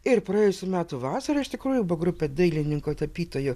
ir praėjusių metų vasarą iš tikrųjų buvo grupė dailininkų tapytojų